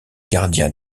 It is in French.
gardien